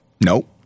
nope